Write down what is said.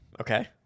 Okay